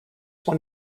when